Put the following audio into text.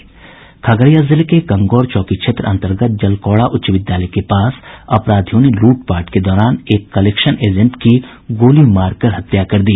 खगड़िया जिले के गंगौर चौकी क्षेत्र अन्तर्गत जलकौड़ा उच्च विद्यालय के पास अपराधियों ने लूट पाट के दौरान एक कलेक्शन एजेंट की गोलीमार कर हत्या कर दी